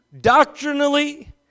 Doctrinally